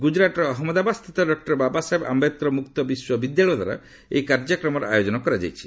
ଗୁଜୁରାଟର ଅହମ୍ମଦାବାଦସ୍ଥିତ ଡକୁର ବାବାସାହେବ ଆମ୍ବେଦକର ମୁକ୍ତ ବିଦ୍ୟାଳୟ ଦ୍ୱାରା ଏହି କାର୍ଯ୍ୟକ୍ରମର ଆୟୋଜନ କରାଯାଇଛି